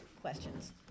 questions